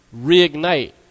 reignite